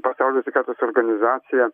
pasaulio sveikatos organizacija